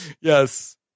Yes